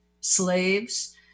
slaves